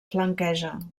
flanquegen